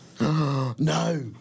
No